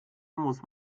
muss